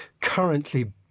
currently